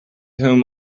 whom